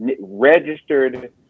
registered